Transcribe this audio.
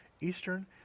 Eastern